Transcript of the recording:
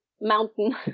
mountain